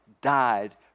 died